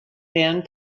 band